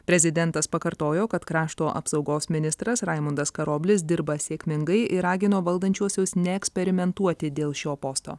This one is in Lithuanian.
prezidentas pakartojo kad krašto apsaugos ministras raimundas karoblis dirba sėkmingai ir ragino valdančiuosius neeksperimentuoti dėl šio posto